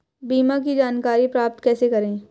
बीमा की जानकारी प्राप्त कैसे करें?